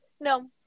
No